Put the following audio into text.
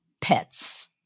pets